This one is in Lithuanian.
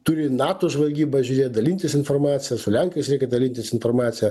turi nato žvalgyba žiūrėt dalintis informacija su lenkais reikia dalintis informacija